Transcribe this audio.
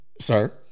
sir